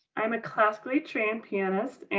i am ah classically trained pianist,